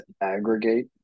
Aggregate